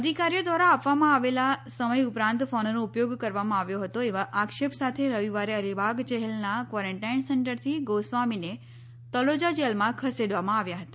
અધિકારીઓ દ્રારા આપવામાં આવેલા સમય ઉપરાંત ફોનનો ઉપયોગ કરવામાં આવ્યો હતો એવા આક્ષેપ સાથે રવિવારે અલીબાગ જેલનાં ક્વોરેન્ટાઈન સેન્ટરથી ગોસ્વામીને તલોજા જેલમાં ખસેડવામાં આવ્યા હતા